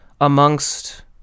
amongst